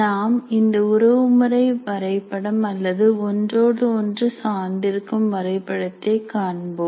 நாம் இந்த உறவுமுறை வரைபடம் அல்லது ஒன்றோடு ஒன்று சார்ந்திருக்கும் வரைபடத்தை காண்போம்